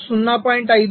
5 0